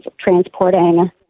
transporting